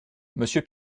monsieur